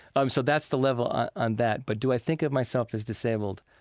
um so that's the level on that. but do i think of myself as disabled?